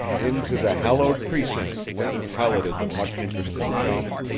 into the hallowed precinct link piloted the much-interested chum.